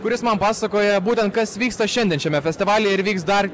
kuris man pasakoja būtent kas vyksta šiandien šiame festivalyje ir vyks dar